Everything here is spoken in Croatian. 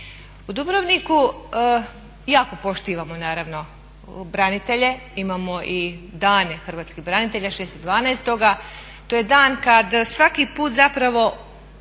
U Dubrovniku jako poštivamo naravno branitelje, imamo i dane hrvatskih branitelja, 6.12., to je dan kad svaki put zapravo